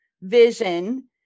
vision